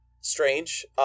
strange